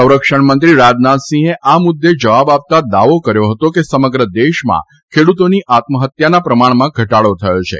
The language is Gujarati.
સંરક્ષણ મંત્રી રાજનાથસિંહે આ મુદ્દે જવાબ આપતા દાવો કર્યો હતો કે સમગ્ર દેશમાં ખેડૂતોની આત્મહત્યાના પ્રમાણમાં ઘટાડો થયો હિ